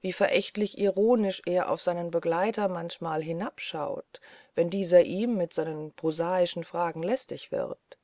wie verächtlich ironisch er auf seinen begleiter manchmal hinabschaut wenn dieser ihm mit seinen prosaischen fragen lästig wird